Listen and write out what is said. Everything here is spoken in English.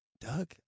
Doug